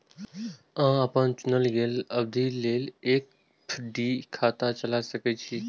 अहां अपन चुनल गेल अवधि लेल एफ.डी खाता चला सकै छी